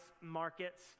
markets